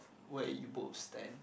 where you both stand